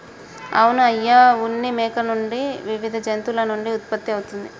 అవును అయ్య ఉన్ని మేకల నుండి వివిధ జంతువుల నుండి ఉత్పత్తి అవుతుంది